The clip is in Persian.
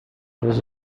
روز